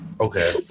okay